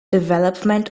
development